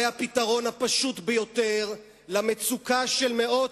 הפתרון הפשוט ביותר למצוקה של מאות